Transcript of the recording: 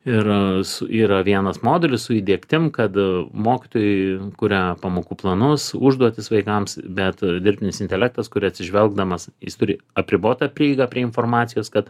ir yra vienas modelis su įdiegtim kad mokytojai kuria pamokų planus užduotis vaikams bet dirbtinis intelektas kuria atsižvelgdamas jis turi apribotą prieigą prie informacijos kad